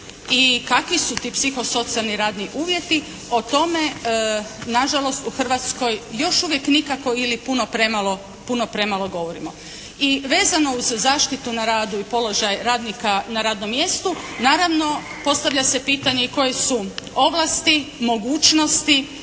i kakvi su ti psihosocijalni radni uvjeti, o tome nažalost u Hrvatskoj još uvijek nikako ili puno premalo govorimo. I vezano za zaštitu na radu i položaj radnika na radnom mjestu, naravno postavlja se pitanje i koje su ovlasti, mogućnosti